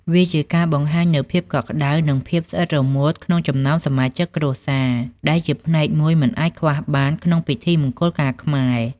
វាជាការបង្ហាញនូវភាពកក់ក្តៅ និងភាពស្អិតរមួតក្នុងចំណោមសមាជិកគ្រួសារ ដែលជាផ្នែកមួយមិនអាចខ្វះបានក្នុងពិធីមង្គលការខ្មែរ។